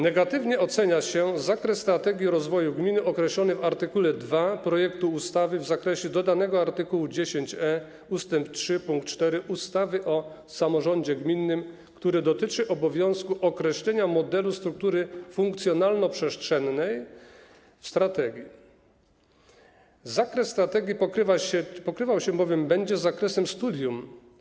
Negatywnie ocenia się zakres strategii rozwoju gminy określony w art. 2 projektu ustawy w zakresie dodanego art. 10e ust. 3 pkt 4 ustawy o samorządzie gminnym, który dotyczy obowiązku określenia modelu struktury funkcjonalno-przestrzennej w strategii, zakres strategii będzie pokrywał się bowiem z zakresem studium.